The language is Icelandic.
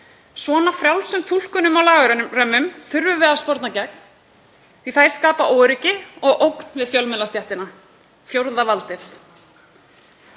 Svona frjálslegum túlkunum á lagarömmum þurfum við að sporna gegn því að þær skapa óöryggi og ógn fyrir fjölmiðlastéttina, fjórða valdið.